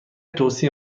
توصیه